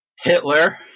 Hitler